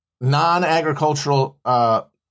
non-agricultural